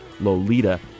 Lolita